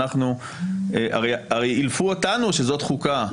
הרי אילפו אותנו שזאת חוקה.